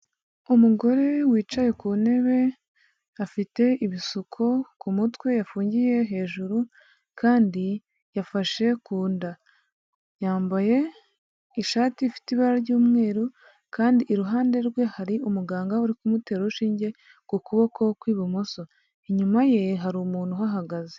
Umugore wicaye ku ntebe afite ibisuko ku mutwe yafungiye hejuru kandi yafashe ku nda, yambaye ishati ifite ibara ry'umweru kandi iruhande rwe hari umuganga uri kumutera urushinge ku kuboko kw'ibumoso, inyuma ye hari umuntu uhahagaze.